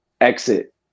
exit